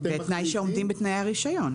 בתנאי שעומדים בתנאי הרישיון.